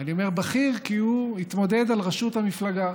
ואני אומר "בכיר" כי הוא התמודד על ראשות המפלגה,